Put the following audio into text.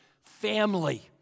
family